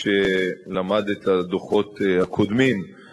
או נסיבה אחרת על רקע ביטחוני או על רקע אקולוגי.